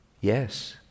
Yes